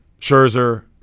Scherzer